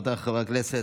רבותיי חברי הכנסת,